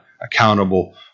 accountable